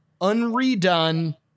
unredone